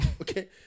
Okay